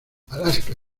alaska